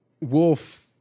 Wolf